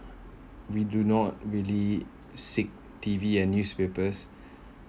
we do not really seek T_V and newspapers